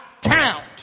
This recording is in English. count